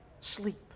Sleep